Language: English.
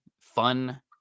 fun